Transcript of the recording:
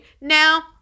Now